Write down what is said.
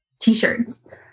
t-shirts